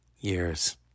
years